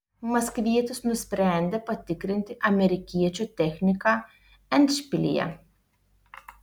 maskvietis nusprendė patikrinti amerikiečio techniką endšpilyje